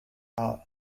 adrian